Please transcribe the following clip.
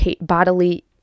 bodily